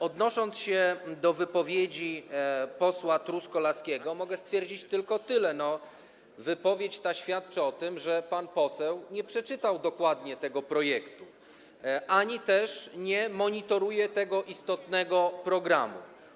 Odnosząc się do wypowiedzi posła Truskolaskiego, mogę stwierdzić tylko tyle, że wypowiedź ta świadczy o tym, że pan poseł nie przeczytał dokładnie tego projektu ani też nie monitoruje tego istotnego programu.